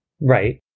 right